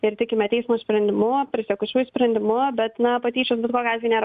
ir tikime teismo sprendimu prisiekusiųjų sprendimu bet na patyčios bet kokiu atveju nėra